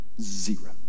zero